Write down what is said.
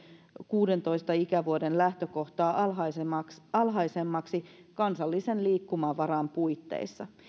kuudentoista ikävuoden lähtökohtaa alhaisemmiksi alhaisemmiksi kansallisen liikkumavaran puitteissa